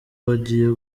bagiye